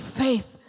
faith